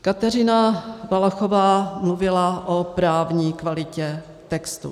Kateřina Valachová mluvila o právní kvalitě textu.